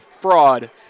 Fraud